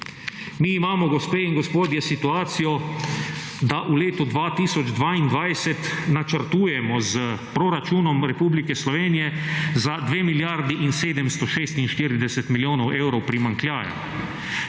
Mi imamo, gospe in gospodje, situacijo, da v letu 2022 načrtujemo s proračunom Republike Slovenije za 2 milijardi in 746 milijonov evrov primanjkljaja.